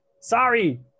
sorry